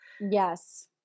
Yes